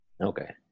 Okay